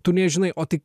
tu nežinai o tai